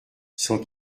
sans